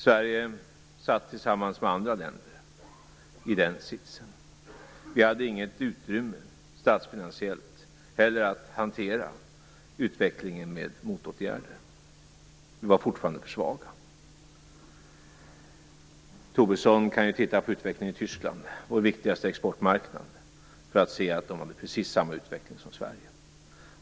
Sverige satt tillsammans med andra länder i den sitsen. Vi hade heller inget statsfinansiellt utrymme att kunna hantera utvecklingen med motåtgärder. Vi var fortfarande för svaga. Lars Tobisson kan ju titta på utvecklingen i Tyskland, Sveriges viktigaste exportmarknad, för att se att den var precis den samma som i Sverige.